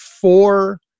four